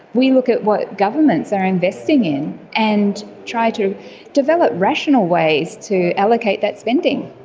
we look at what governments are investing in and try to develop rational ways to allocate that spending.